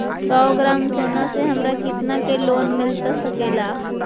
सौ ग्राम सोना से हमरा कितना के लोन मिलता सकतैय?